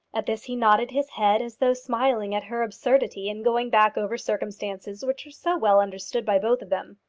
at this he nodded his head as though smiling at her absurdity in going back over circumstances which were so well understood by both of them.